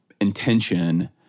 intention